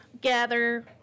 gather